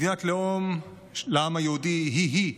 מדינת לאום לעם היהודי היא-היא